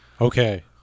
okay